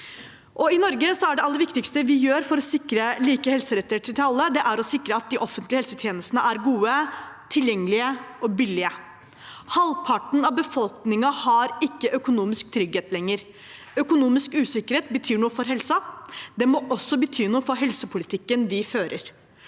I Norge er det aller viktigste vi gjør for å sikre like helserettigheter til alle, å sikre at de offentlige helsetjenestene er gode, tilgjengelige og billige. Halvparten av befolkningen har ikke økonomisk trygghet lenger. Økonomisk usikkerhet betyr noe for helsa. Det må også bety noe for helsepolitikken vi fører.